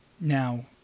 Now